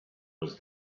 was